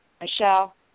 Michelle